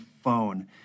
phone